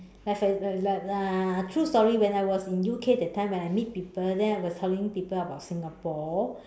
like for exa~ uh like uh true story when I was in U_K that time when I meet people then I was telling people about Singapore